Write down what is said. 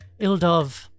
Ildov